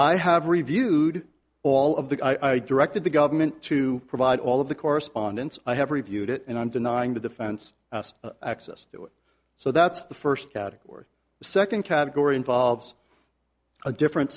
i have reviewed all of the i directed the government to provide all of the correspondence i have reviewed it and i'm denying the defense access to it so that's the first category second category involves a different